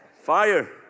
fire